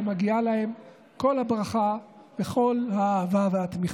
שמגיעות להם כל הברכה וכל האהבה והתמיכה.